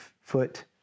foot